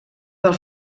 del